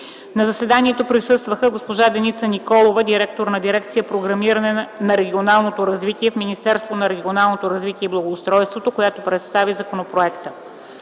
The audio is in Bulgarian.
На заседанието присъства госпожа Деница Николова – директор на дирекция „Програмиране на регионалното развитие” в Министерството на регионалното развитие и благоустройството, която представи законопроекта.